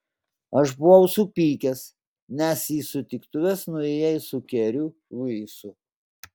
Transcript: aš buvau supykęs nes į sutiktuves nuėjai su keriu luisu